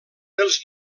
els